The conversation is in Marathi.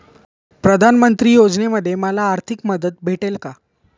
प्रधानमंत्री योजनेमध्ये मला आर्थिक मदत भेटेल का?